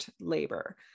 labor